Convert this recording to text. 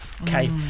Okay